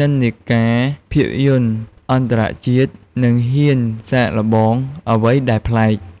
និន្នាការភាពយន្តអន្តរជាតិ និងហ៊ានសាកល្បងអ្វីដែលប្លែក។